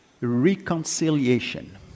Reconciliation